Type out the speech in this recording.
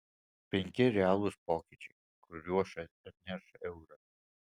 penki realūs pokyčiai kuriuos atneš euras